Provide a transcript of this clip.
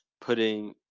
putting